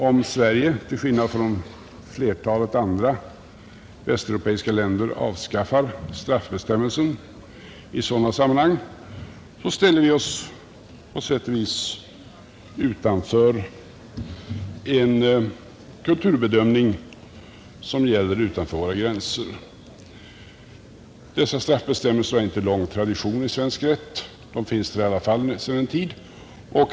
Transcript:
Om Sverige till skillnad från flertalet andra västeuropeiska länder avskaffar straffbestämmelserna i sådana här sammanhang, ställer vi oss på sätt och vis utanför en kulturbedömning som gäller utanför våra gränser. Dessa straffbestämmelser har inte lång tradition i svensk rätt, men de finns i alla fall där sedan en tid.